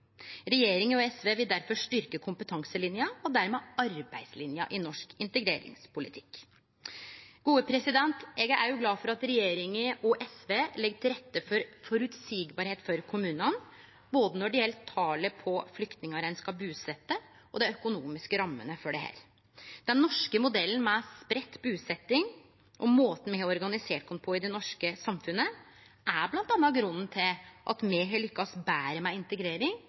Regjeringa og SV vil difor styrkje kompetanselinja og dermed arbeidslinja i norsk integreringspolitikk. Når det gjeld både talet på flyktningar kommunane skal busette, og dei økonomiske rammene for det, er eg glad for at regjeringa og SV legg til rette for å gjere det meir føreseieleg. Den norske modellen med spreidd busetting og måten me har organisert oss på i det norske samfunnet, er bl.a. grunnen til at me har lykkast betre med integrering